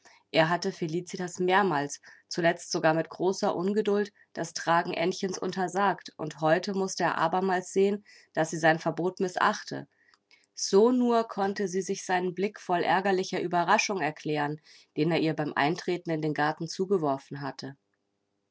er hatte felicitas mehrmals zuletzt sogar mit großer ungeduld das tragen aennchens untersagt und heute mußte er abermals sehen daß sie sein verbot mißachte so nur konnte sie sich seinen blick voll ärgerlicher ueberraschung erklären den er ihr beim eintreten in den garten zugeworfen hatte